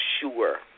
sure